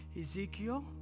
Ezekiel